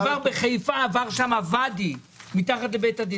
בחיפה עבר שם ואדי מתחת לבית הדין,